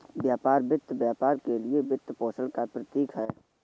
व्यापार वित्त व्यापार के लिए वित्तपोषण का प्रतीक है